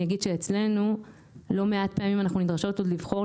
אני אגיד שאצלנו לא מעט פעמים אנחנו נדרשות עוד לבחור,